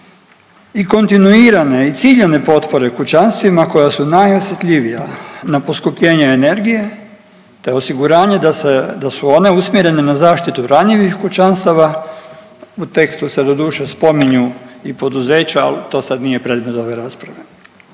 i kontinuirane i ciljane potpore kućanstvima koja su najosjetljivija na poskupljenje energije te osiguranje da se, da su one usmjere na zaštitu ranjivih kućanstava u tekstu se doduše spominju i poduzeća al to sad nije predmet ove rasprave.